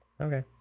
okay